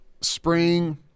spring